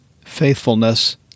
faithfulness